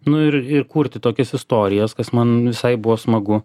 nu ir ir kurti tokias istorijas kas man visai buvo smagu